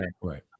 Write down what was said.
Right